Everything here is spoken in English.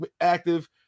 active